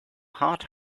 hart